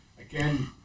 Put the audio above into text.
Again